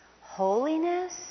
holiness